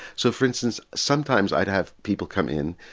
so for instance sometimes i'd have people come in,